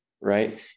right